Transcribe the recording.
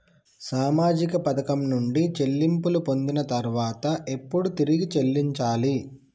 సామాజిక పథకం నుండి చెల్లింపులు పొందిన తర్వాత ఎప్పుడు తిరిగి చెల్లించాలి?